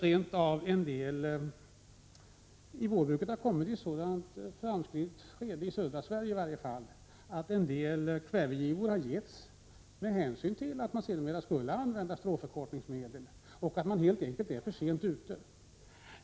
Det kan nämligen vara så, åtminstone i södra Sverige, att vårbruket kommit in i ett så framskridet skede att en del kvävegivor har getts med hänsyn till att avsikten var att sedermera använda stråförkortningsmedel och att man alltså helt enkelt är för sent ute med detta förbud.